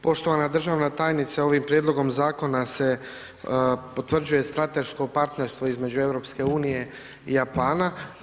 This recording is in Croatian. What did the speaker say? Poštovana državna tajnice, ovim prijedlogom zakona se potvrđuje strateško partnerstvo između EU i Japana.